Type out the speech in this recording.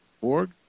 org